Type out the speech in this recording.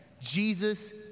Jesus